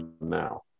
now